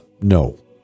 no